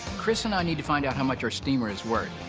chris and i need to find out how much our steamer is worth.